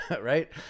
right